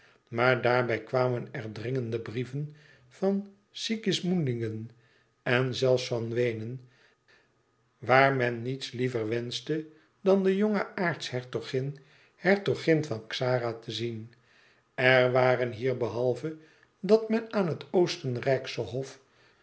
maar daarbij kwamen er dringende brieven van sigismundingen en zelfs van weenen waar men niets liever wenschte dan de jonge aartshertogin hertogin van xara te zien er waren hier behalve dat men aan het oostenrijksche hof